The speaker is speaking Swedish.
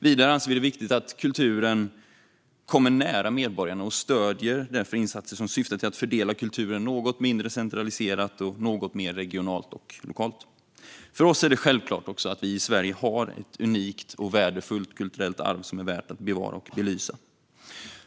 Vidare anser vi det viktigt att kulturen kommer nära medborgarna, och vi stöder därför insatser som syftar till att fördela kulturen något mindre centraliserat och något mer regionalt och lokalt. För oss är det självklart att vi i Sverige har ett unikt och värdefullt kulturellt arv som är värt att bevara och belysa.